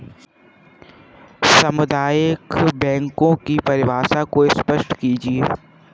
सामुदायिक बैंकों की परिभाषा को स्पष्ट कीजिए?